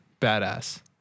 badass